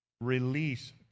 release